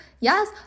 Yes